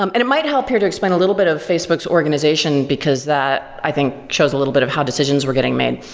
um and it might help here to explain a little bit of facebook's organization, because that i think shows a little bit of how decisions were getting made.